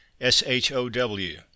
S-H-O-W